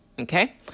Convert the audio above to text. Okay